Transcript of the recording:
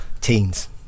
teens